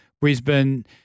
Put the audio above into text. Brisbane